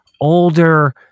older